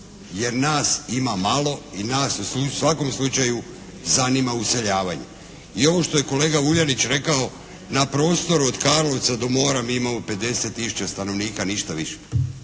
Jer nas ima malo i nas u svakom slučaju zanima useljavanje. I ovo što je kolega Vuljanić rekao na prostoru od Karlovca do mora mi imamo 50 tisuća stanovnika, ništa više.